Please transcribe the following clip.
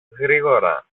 γρήγορα